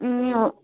ए अँ